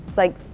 like